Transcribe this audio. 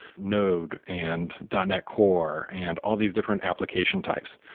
node and dotnet core and all these different application types,